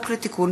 חיים ילין,